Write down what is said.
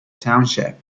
township